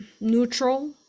neutral